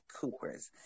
Cooper's